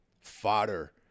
fodder